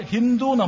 Hindu